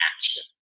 action